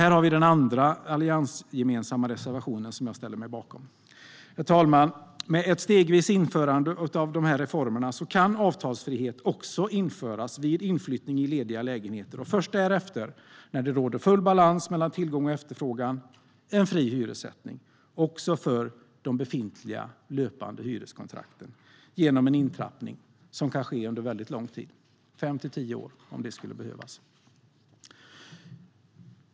Här har vi den andra alliansgemensamma reservation som jag ställer mig bakom. Herr talman! Med stegvis införande av dessa reformer kan avtalsfrihet införas vid inflyttning i lediga lägenheter. Först därefter, när det råder full balans mellan tillgång och efterfrågan, kan det bli en fri hyressättning också för de befintliga och löpande hyreskontrakten genom en intrappning som kan ske under väldigt lång tid, fem till tio år om det skulle behövas.